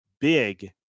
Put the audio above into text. big